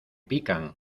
pican